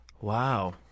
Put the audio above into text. Wow